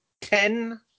ten